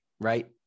right